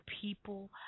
people